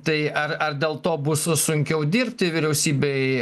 tai ar ar dėl to bus sunkiau dirbti vyriausybei